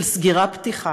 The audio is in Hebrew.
של סגירה-פתיחה,